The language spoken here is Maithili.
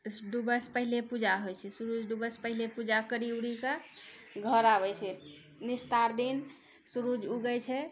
डूबऽ से पहिले पूजा होइ छै सुरुज डूबैसँ पहिले पूजा करि उरि कऽ घर आबै छै निस्तार दिन सुरुज उगै छै